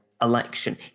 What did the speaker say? Election